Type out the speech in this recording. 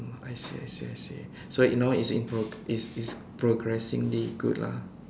I see I see I see so you now it's in pro~ it's it's progressingly good lah